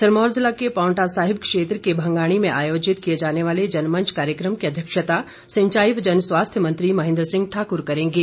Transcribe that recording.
सिरमौर जिला के पावंटा साहिब क्षेत्र के भंगाणी में आयोजित किए जाने वाले जनमंच कार्यक्रम की अध्यक्षता सिंचाई व जनस्वास्थ्य मंत्री महेंद्र सिंह ठाकुर करेंगे